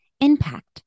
Impact